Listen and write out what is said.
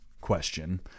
question